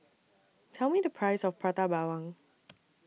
Tell Me The Price of Prata Bawang